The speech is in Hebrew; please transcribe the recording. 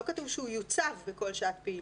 לא כתוב שהוא יוצב בכל שעת פעילות.